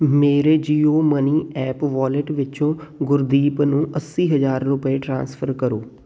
ਮੇਰੇ Jio money app wallet ਵਿੱਚੋਂ ਗੁਰਦੀਪ ਨੂੰ ਅੱਸੀ ਹਜ਼ਾਰ ਰੁਪਏ ਟ੍ਰਾਂਸਫਰ ਕਰੋ